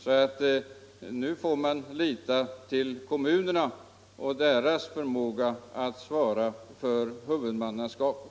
Nu får man lita till kommunerna och deras förmåga att svara för huvudmannaskapet.